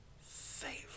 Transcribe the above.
favorite